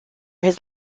his